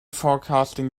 forecasting